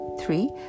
Three